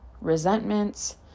resentments